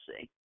see